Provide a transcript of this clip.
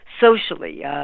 socially